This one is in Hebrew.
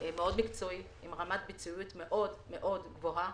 מאוד מקצועית, עם רמת בציעות מאוד מאוד גבוהה.